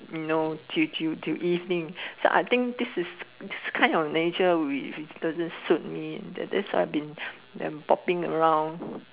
you know to to to evening so I think this is this kind of nature which doesn't suit me than why I been popping around